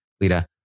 Lita